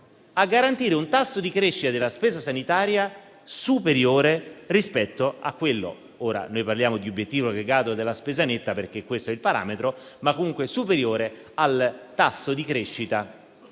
a garantire un tasso di crescita della spesa sanitaria superiore rispetto a quello - ora parliamo di obiettivo aggregato della spesa netta, perché questo è il parametro - ma comunque superiore al tasso di crescita